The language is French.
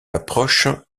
approche